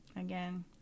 again